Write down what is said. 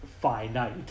finite